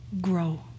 grow